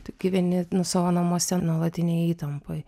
tu gyveni savo namuose nuolatinėj įtampoj